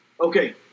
Okay